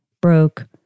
broke